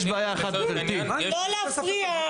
לא להפריע.